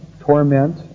torment